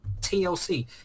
TLC